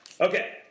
Okay